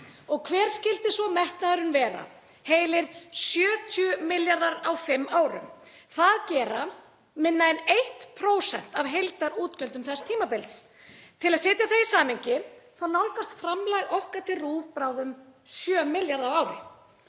Hver skyldi svo metnaðurinn vera? Heilir 70 milljarðar á fimm árum. Það gerir minna en 1% af heildarútgjöldum þess tímabils. Til að setja það í samhengi þá nálgast framlag okkar til RÚV bráðum 7 milljarða á ári.